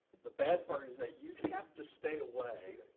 the bad part is that you have to stay away,